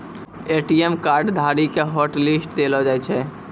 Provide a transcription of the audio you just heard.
ATM card धारी के hotlist देलो जाय छै